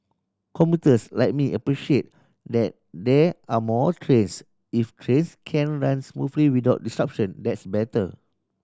commuters like me appreciate that there are more trains if trains can run smoothly without disruption that's better